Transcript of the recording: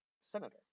senator